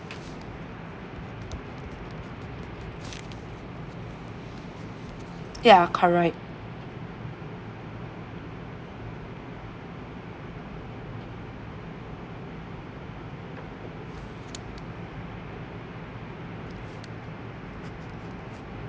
ya correct